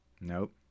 Nope